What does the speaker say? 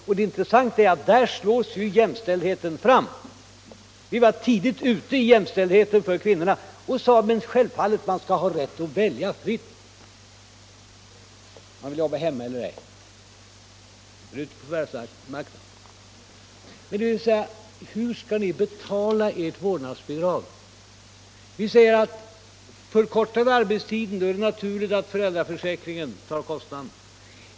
Och det intressanta är att där hålls jämställdheten fram. Vi var tidigt ute i fråga om jämställdhet för kvinnorna och sade: Självfallet skall man ha rätt att välja fritt om man vill jobba hemma eller gå ut på arbetsmarknaden. Hur skall ni betala ert vårdnadsbidrag? Vi säger att om vi förkortar arbetstiden, är det naturligt att föräldraförsäkringen tar kostnaden.